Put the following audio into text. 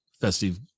festive